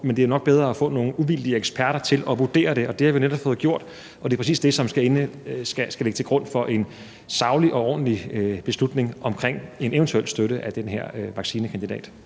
men det er nok bedre at få nogle uvildige eksperter til at vurdere det. Og det har vi netop fået gjort, og det er præcis det, der skal ligge til grund for en saglig og ordentlig beslutning om en eventuel støtte af den her vaccinekandidat.